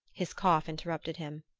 his cough interrupted him.